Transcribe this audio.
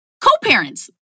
co-parents